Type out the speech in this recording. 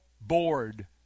Bored